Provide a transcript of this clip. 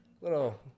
little